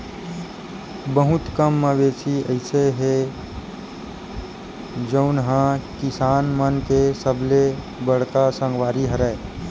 बहुत कन मवेशी अइसे हे जउन ह किसान मन के सबले बड़का संगवारी हरय